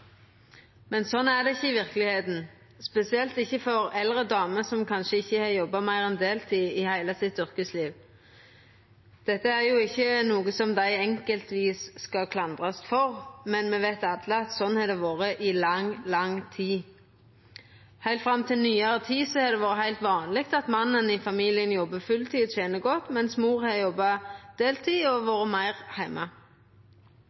Men slik er det ikkje i verkelegheita, spesielt ikkje for eldre damer som kanskje ikkje har jobba meir enn deltid i heile sitt yrkesliv. Dette er jo ikkje noko som dei enkeltvis skal klandrast for, men me veit alle at slik har det vore i lang, lang tid. Heilt fram til nyare tid har det vore heilt vanleg at mannen i familien jobbar fulltid og tener godt, mens mor har jobba deltid og